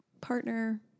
partner